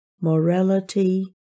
morality